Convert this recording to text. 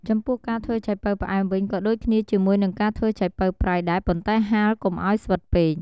ចំពោះការធ្វើឆៃប៉ូវផ្អែមវិញ ក៏ដូចគ្នាជាមួយនឹងការធ្វើឆៃប៉ូវប្រៃដែរប៉ុន្តែហាលកុំឱ្យស្វិតពេក។